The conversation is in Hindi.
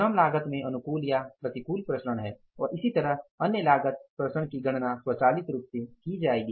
श्रम लागत में अनुकूल या प्रतिकूल प्रसरण है और इसी तरह अन्य लागत प्रसरण की गणना स्वचालित रूप से की जाएगी